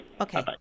Okay